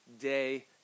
day